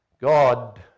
God